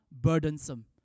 burdensome